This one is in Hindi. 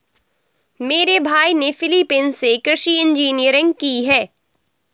मेरे भाई ने फिलीपींस से कृषि इंजीनियरिंग की है